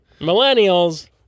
Millennials